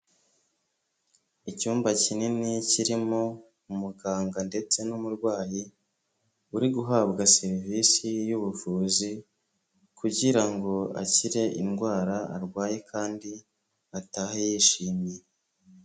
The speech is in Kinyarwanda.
Icyumba kinini kirimo umuganga ndetse n'umurwayi, uri guhabwa serivisi y'ubuvuzi kugira ngo akire indwara arwaye kandi atahe yishimye.